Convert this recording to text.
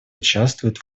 участвует